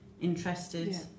interested